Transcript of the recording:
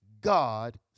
God